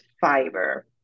fiber